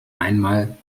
einmal